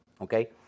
Okay